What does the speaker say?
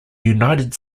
united